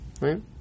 Right